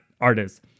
artists